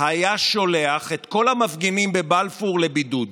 היה שולח את כל המפגינים בבלפור לבידוד.